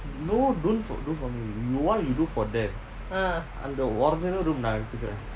no don't do for me you want you do for them அந்தவார்த்தைகளைநான்எடுத்துக்கறேன்:antha vaarthaikala naan eduthukkaren